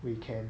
we can